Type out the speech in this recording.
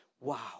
wow